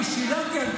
לא,